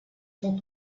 talk